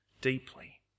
deeply